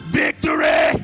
victory